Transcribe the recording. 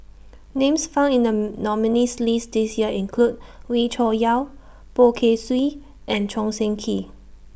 Names found in The nominees' list This Year include Wee Cho Yaw Poh Kay Swee and Choo Seng Quee